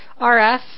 Rf